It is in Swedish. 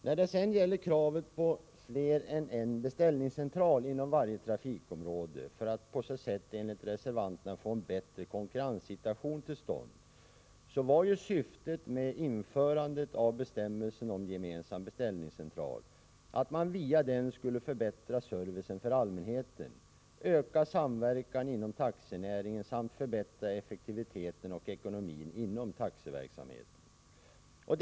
När det sedan gäller kravet på fler än en beställningscentral inom varje trafikområde för att på så sätt, enligt reservanterna, få en bättre konkurrenssituation till stånd, så var ju syftet med införandet av bestämmelsen om en gemensam beställningscentral att man via den skulle förbättra servicen för allmänheten, öka samverkan inom taxinäringen samt förbättra effektiviteten och ekonomin inom taxiverksamheten.